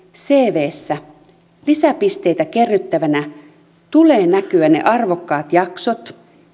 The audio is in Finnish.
cvssä lisäpisteitä kerryttävänä tulee näkyä niiden arvokkaiden jaksojen